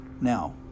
Now